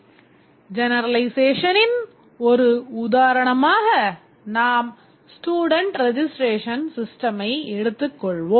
Generalization ன் ஒரு உதாரணமாக நாம் student registration system ஐ எடுத்துக் கொள்வோம்